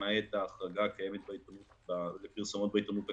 למעט הפרסומות בעיתונות הכתובה.